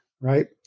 Right